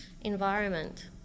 environment